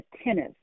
attentive